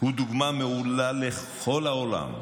הוא דוגמה מעולה לכל העולם,